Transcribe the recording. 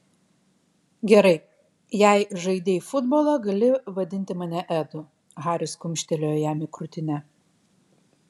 gerai jei žaidei futbolą gali vadinti mane edu haris kumštelėjo jam į krūtinę